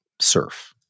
surf